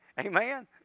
Amen